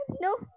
No